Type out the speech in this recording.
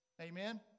amen